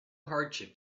hardship